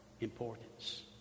importance